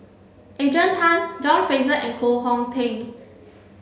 Adrian Tan John Fraser and Koh Hong Teng